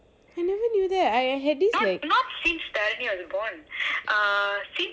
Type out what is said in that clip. I never knew that I had this like